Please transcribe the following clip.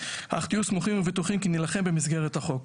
אך תהיו סמוכים ובטוחים כי נלחם במסגרת החוק.